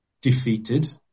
defeated